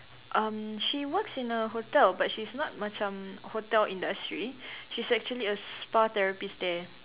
um she works in a hotel but she's not macam hotel industry she's actually a spa therapist there